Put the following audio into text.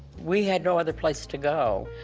we had no other place to go.